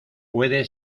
puede